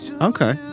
okay